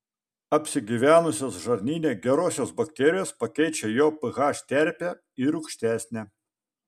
apsigyvenusios žarnyne gerosios bakterijos pakeičia jo ph terpę į rūgštesnę